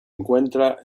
encuentra